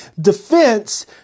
defense